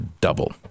double